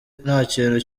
ntakintu